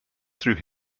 through